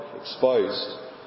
exposed